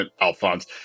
Alphonse